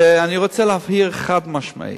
ואני רוצה להבהיר חד-משמעית: